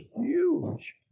huge